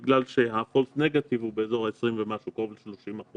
בגלל שה - false negative הוא קרוב ל-30%,